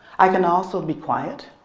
i can also be quiet.